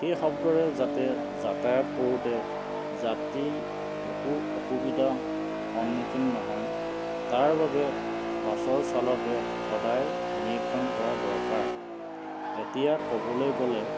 সেই শব্দৰে যাতে যাতায়ত কৰোঁতে যাত্ৰীৰ একো অসুবিধা সন্মুখীন নহয় তাৰ বাবে বাছৰ চালকে সদায় নিৰীক্ষণ কৰাৰ দৰকাৰ এতিয়া ক'বলৈ গ'লে